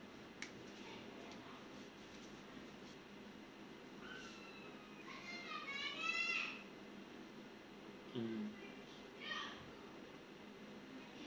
mm